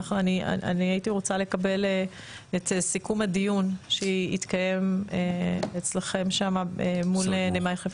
אני הייתי רוצה לקבל את סיכום הדיון שיתקיים אצלכם שם מול נמל חיפה.